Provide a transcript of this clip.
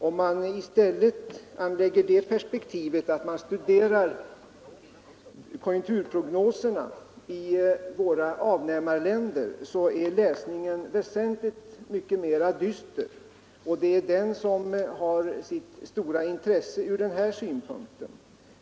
Om man anlägger ett annat perspektiv och i stället studerar konjunkturprognoserna i våra avnämarländer blir läsningen väsentligt mycket dystrare, och det är det perspektivet som här har sitt stora intresse.